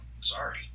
sorry